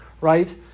right